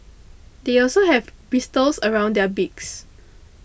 they also have bristles around their beaks